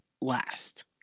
last